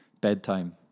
bedtime